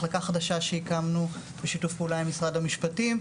מחלקה חדשה שהקמנו, בשיתוף פעולה עם משרד המשפטים.